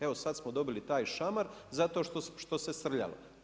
Evo sad smo dobili taj šamar, zato što se srljalo.